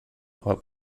aber